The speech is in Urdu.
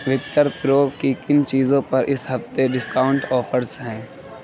وکٹر پرو کی کن چیزوں پر اس ہفتے ڈسکاؤنٹ آفرز ہیں